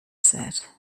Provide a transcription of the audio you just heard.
said